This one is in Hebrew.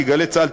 כי "גלי צה"ל",